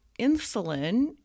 insulin